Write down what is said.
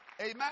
Amen